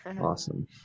Awesome